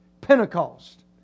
Pentecost